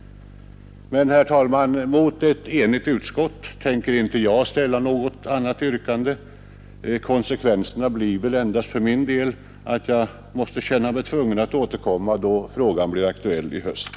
Men, herr talman, mot ett enigt utskott tänker inte jag ställa något yrkande. Konsekvenserna blir väl endast för min del att jag måste känna mig tvungen att återkomma då frågorna blir aktuella i höst.